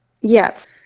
Yes